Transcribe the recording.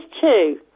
two